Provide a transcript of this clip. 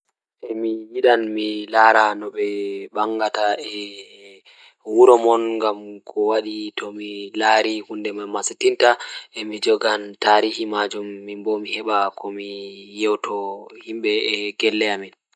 Eh miyiɗi mi laara no ɓe bangata So tawii miɗo waawi huli yeeso ngal ngam ndaarayde nguurndam ngoni, mi waɗataa foti laawol nguurndam Aafrik goɗɗum ngam waɗtude ɓe njaɓɓu e leydi maɓɓe. Ko nde o waɗataa ɗaɓɓude nguurndam njomdirde maɓɓe, ndee ngal oɗoo waɗii haayre ngam leydi e yimɓe.